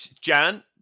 Jan